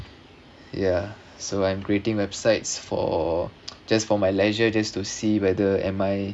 ya so I'm creating websites for just for my leisure just to see whether am I